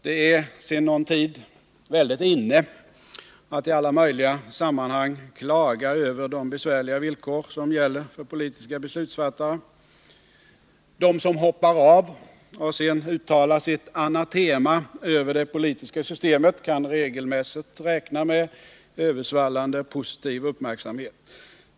Det är sedan någon tid inne att i alla möjliga sammanhang klaga över de besvärliga villkor som gäller för beslutsfattare inom politiken. De som hoppar av och sedan uttalar sitt anatema över det politiska systemet kan regelmässigt räkna med översvallande positiv uppmärksamhet.